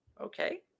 Okay